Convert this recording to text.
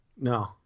no